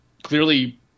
Clearly